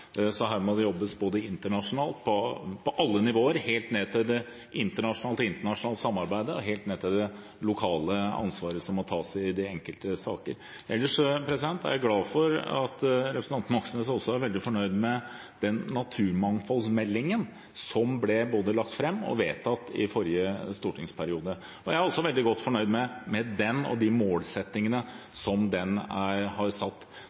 Så her må det jobbes ikke bare internasjonalt, men på alle nivåer, fra det internasjonale samarbeidet og helt ned til det lokale ansvaret som må tas i de enkelte sakene. Jeg er glad for at representanten Moxnes er veldig fornøyd med naturmangfoldmeldingen, som ble både lagt fram og vedtatt i forrige stortingsperiode. Jeg er også veldig godt fornøyd med den og de målsettingene som den har satt.